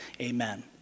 Amen